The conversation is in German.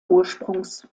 ursprungs